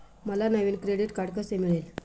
मला नवीन credit card कसे मिळेल?